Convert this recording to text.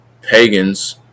pagans